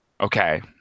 okay